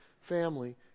family